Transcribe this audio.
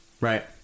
right